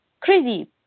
crazy